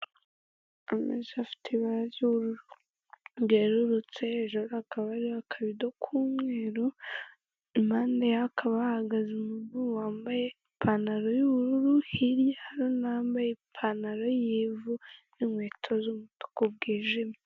Ameza afite ibara ry'ubururu ryerurutse hejuru hakaba hariho akabido k'umweru impande yaho hakaba hahagaze umuntu wambaye ipantaro y'ubururu hirya hari undi wambaye ipantaro yivu n'inkweto z'umutuku bwijimye.